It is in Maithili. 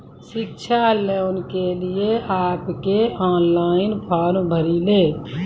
शिक्षा लोन के लिए आप के ऑनलाइन फॉर्म भरी ले?